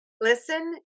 Listen